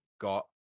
got